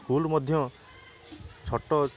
school ମଧ୍ୟ ଛୋଟ